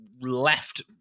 left